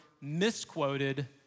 misquoted